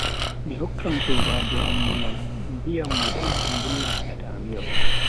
Mi hokkan sobajo am munyal mi viyan mo don sungulla hadata am yahugo.